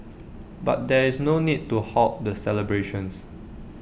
but there is no need to halt the celebrations